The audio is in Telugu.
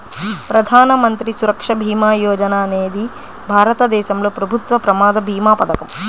ప్రధాన మంత్రి సురక్ష భీమా యోజన అనేది భారతదేశంలో ప్రభుత్వ ప్రమాద భీమా పథకం